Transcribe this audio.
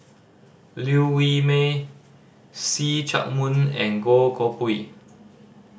Liew Wee Mee See Chak Mun and Goh Koh Pui